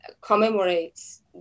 commemorates